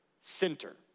center